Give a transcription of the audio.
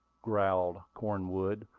growled cornwood.